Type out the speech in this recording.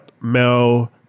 Mel